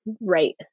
right